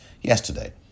yesterday